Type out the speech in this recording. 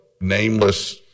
nameless